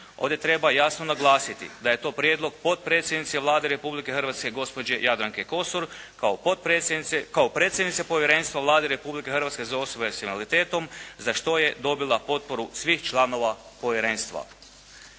Ovdje treba jasno naglasiti da je to prijedlog potpredsjednice Vlade Republike Hrvatske gospođe Jadranke Kosor kao predsjednice Povjerenstva Vlade Republike Hrvatske za osobe s invaliditetom za što je dobila potporu svih članova povjerenstva.